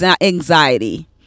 anxiety